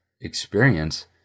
experience